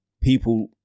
people